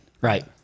right